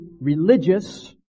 religious